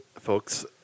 folks